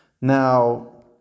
Now